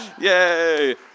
Yay